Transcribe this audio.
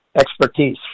expertise